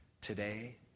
today